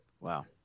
wow